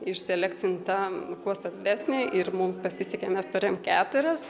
išselekcintam kuo stambesnę ir mums pasisekė mes turim keturias